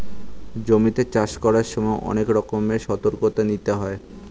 জমিতে চাষ করার সময় অনেক রকমের সতর্কতা নিতে হয়